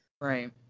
Right